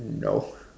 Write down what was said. no